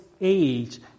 age